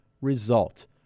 result